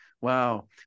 Wow